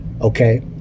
Okay